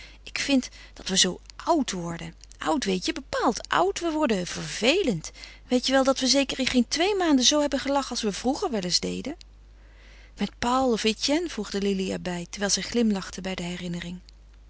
ik vind dat we zoo oud worden oud weet je bepaald oud we worden vervelend weet je wel dat we zeker in geen twee maanden zoo hebben gelachen als we vroeger wel eens deden met paul of etienne voegde lili er bij terwijl zij glimlachte bij de herinnering